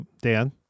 Dan